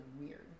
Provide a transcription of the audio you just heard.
weird